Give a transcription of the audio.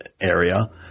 area